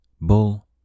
Bull